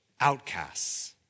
outcasts